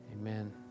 Amen